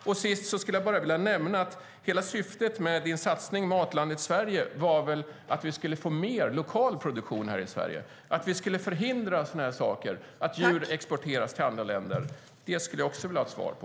Till sist vill jag bara nämna att hela syftet med din satsning Matlandet Sverige väl var att vi skulle få mer lokal produktion här i Sverige. Vi skulle förhindra sådana här saker som att djur exporteras till andra länder. Det skulle jag också vilja ha svar på.